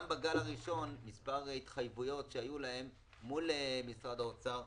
גם בגל הראשון מספר התחייבויות שהיו להם מול משרד האוצר,